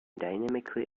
dynamically